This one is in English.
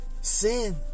Sin